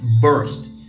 burst